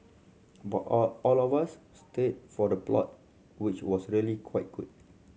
but all all of us stayed for the plot which was really quite good